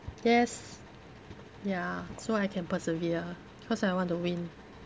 yes ya so I can persevere cause I want to win